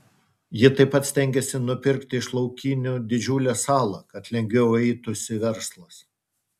ji taip pat stengiasi nupirkti iš laukinių didžiulę salą kad lengviau eitųsi verslas